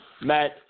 Matt